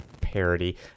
parody